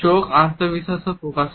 চোখ আত্মবিশ্বাসও প্রকাশ করে